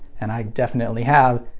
and i definitely have.